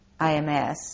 IMS